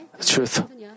truth